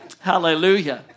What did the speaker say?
Hallelujah